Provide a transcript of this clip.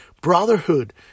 brotherhood